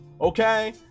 okay